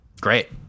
Great